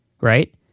right